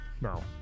no